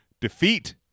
defeat